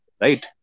Right